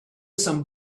some